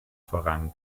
voran